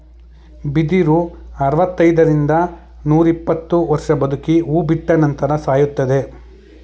ಬಿದಿರು ಅರವೃತೈದರಿಂದ ರಿಂದ ನೂರಿಪ್ಪತ್ತು ವರ್ಷ ಬದುಕಿ ಹೂ ಬಿಟ್ಟ ನಂತರ ಸಾಯುತ್ತದೆ